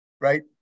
Right